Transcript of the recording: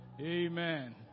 Amen